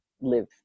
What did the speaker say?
live